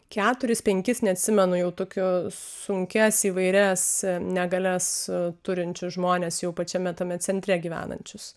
keturis penkis neatsimenu jau tokio sunkias įvairias negalias turinčius žmones jau pačiame tame centre gyvenančius